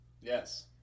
Yes